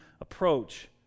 approach